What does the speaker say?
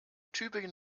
tübingen